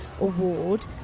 Award